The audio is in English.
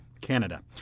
Canada